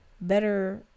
better